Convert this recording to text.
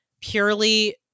purely